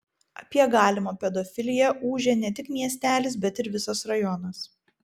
apie galimą pedofiliją ūžė ne tik miestelis bet ir visas rajonas